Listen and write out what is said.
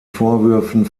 vorwürfen